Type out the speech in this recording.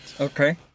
Okay